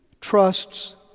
trusts